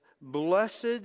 blessed